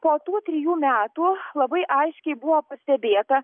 po tų trijų metų labai aiškiai buvo pastebėta